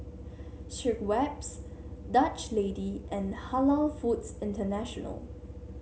Schweppes Dutch Lady and Halal Foods International